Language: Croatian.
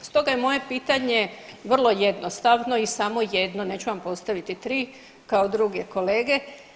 Stoga je moje pitanje vrlo jednostavno i samo jedno, neću vam postaviti 3 kao druge kolege.